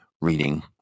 reading